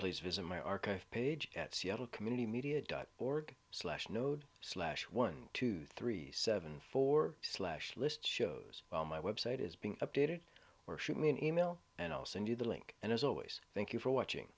please visit my archive page at seattle community media dot org slash node slash one two three seven four slash list shows well my website is being updated or shoot me an email and i'll send you the link and as always thank you for watching